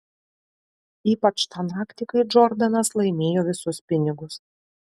ypač tą naktį kai džordanas laimėjo visus pinigus